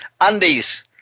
undies